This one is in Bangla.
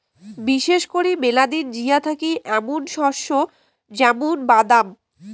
বিশেষ করি মেলা দিন জিয়া থাকি এ্যামুন শস্য য্যামুন বাদাম